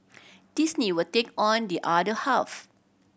Disney will take on the other half